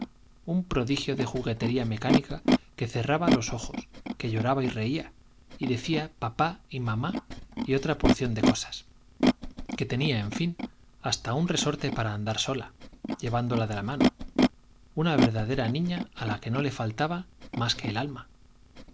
parís prodigio de mecánica que cerraba los un juguetería ojos que lloraba y reía y decía papá y mamá y otra porción de cosas que tenía en fin hasta un resorte para andar sola llevándola de la mano una verdadera niña á la que no le faltaba más que el alma